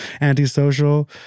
antisocial